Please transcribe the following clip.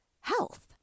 health